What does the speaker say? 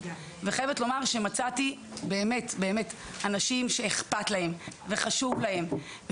ואני חייבת לומר שמצאתי באמת אנשים שאכפת להם וחשוב להם.